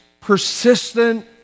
persistent